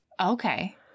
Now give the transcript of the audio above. Okay